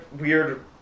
weird